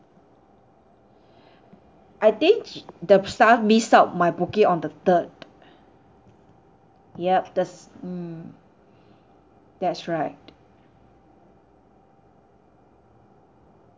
I think the staff missed out my booking on the third yup that's mm that's right